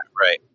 Right